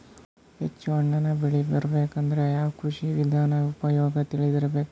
ಹೆಚ್ಚು ಹಣ್ಣನ್ನ ಬೆಳಿ ಬರಬೇಕು ಅಂದ್ರ ಯಾವ ಕೃಷಿ ವಿಧಾನ ಉಪಯೋಗ ತಿಳಿದಿರಬೇಕು?